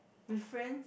with friends